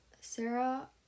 Sarah